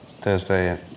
Thursday